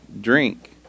drink